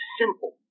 simple